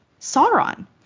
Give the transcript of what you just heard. Sauron